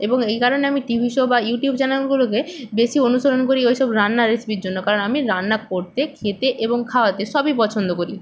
এবং এই কারণে আমি টিভি শো বা ইউটিউব চ্যানেলগুলোকে বেশি অনুসরণ করি ওই সব রান্নার রেসিপির জন্য কারণ আমি রান্না করতে খেতে এবং খাওয়াতে সবই পছন্দ করি